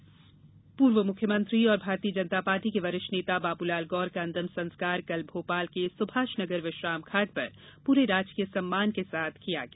गौर पूर्व मुख्यमंत्री और भारतीय जनता पार्टी के वरिष्ठ नेता बाबूलाल गौर का अंतिम संस्कार कल भोपाल के सुभाष नगर विश्राम घाट पर राजकीय सम्मान के साथ किया गया